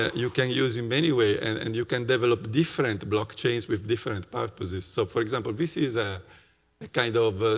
you can use in many ways and and you can develop different blockchains with different purposes. so for example, this is ah a kind of ah